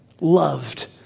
loved